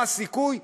מה הסיכוי?